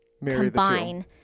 Combine